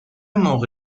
موقع